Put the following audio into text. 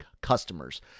customers